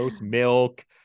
milk